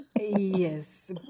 Yes